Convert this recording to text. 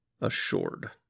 assured